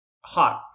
hot